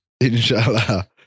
Inshallah